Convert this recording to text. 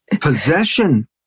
Possession